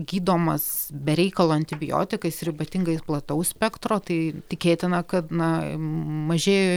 gydomas be reikalo antibiotikais ir ypatingai plataus spektro tai tikėtina kad na mažėjo